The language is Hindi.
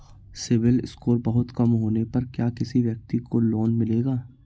सिबिल स्कोर बहुत कम होने पर क्या किसी व्यक्ति को लोंन मिलेगा?